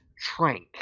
trank